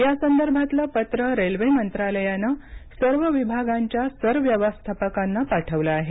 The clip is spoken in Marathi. यासंदर्भातलं पत्र रेल्वे मंत्रालयानं सर्व विभागांच्या सरव्यवस्थापकांना पाठवलं आहे